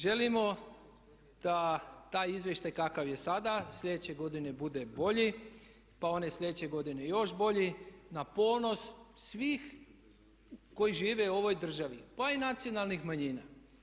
Želimo da taj izvještaj kakav je sada sljedeće godine bude bolji pa one sljedeće godine još bolji na ponos svih koji žive u ovoj državi pa i nacionalnih manjina.